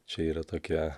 čia yra tokia